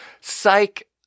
psych